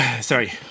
Sorry